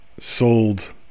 sold